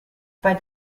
bei